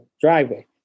driveway